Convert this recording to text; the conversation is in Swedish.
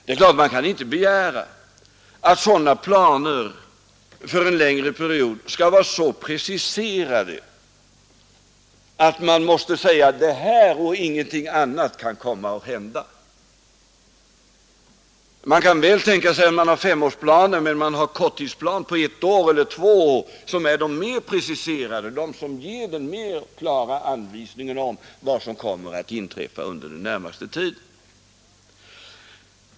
Det är klart att man inte kan begära att sådana planer för en längre period skall vara så preciserade att man måste säga att det här och ingenting annat kan komma att hända. Man kan väl tänka sig att man har femårsplaner men att man har korttidsplaner på ett eller två år som är mer preciserade och som ger mera klara anvisningar om vad som kommer att inträffa under den närmaste tiden.